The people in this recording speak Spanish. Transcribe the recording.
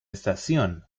estación